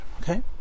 Okay